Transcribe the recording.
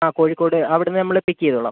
ആ കോഴിക്കോട് അവിടെനിന്ന് നമ്മൾ പിക്ക് ചെയ്തുകൊളളാം